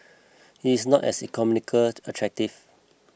it's not as economical attractive